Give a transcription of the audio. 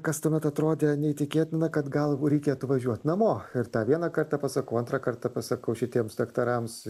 kas tuomet atrodė neįtikėtina kad gal reikėtų važiuot namo ir tą vieną kartą pasakau antrą kartą pasakau šitiems daktarams